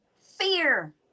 fear